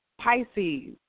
Pisces